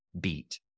beat